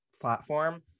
platform